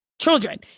children